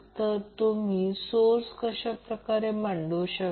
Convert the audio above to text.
तर मला ते स्पष्ट करू द्या